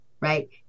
right